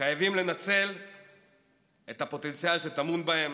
חייבים לנצל את הפוטנציאל שטמון בהם